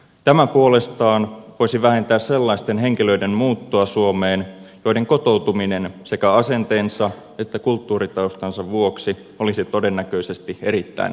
tämä puolestaan voisi vähentää sellaisten henkilöiden muuttoa suomeen joiden kotoutuminen sekä asenteensa että kulttuuritaustansa vuoksi olisi todennäköisesti erittäin haasteellista